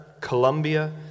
Colombia